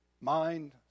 mind